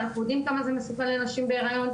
ואנחנו יודעים כמה זה מסוכן לנשים בהיריון.